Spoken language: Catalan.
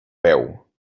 peu